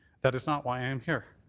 that is not why i am here.